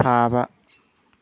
ꯊꯥꯕ